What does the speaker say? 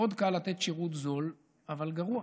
מאוד קל לתת שירות זול אבל גרוע.